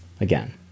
again